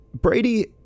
Brady